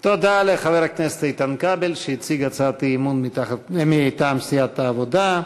תודה לחבר הכנסת איתן כבל שהציג הצעת אי-אמון מטעם סיעת העבודה.